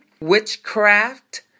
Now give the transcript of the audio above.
witchcraft